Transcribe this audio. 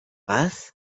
was